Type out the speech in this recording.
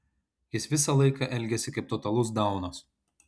jis visą laiką elgiasi kaip totalus daunas